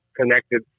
connected